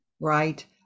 right